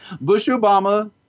Bush-Obama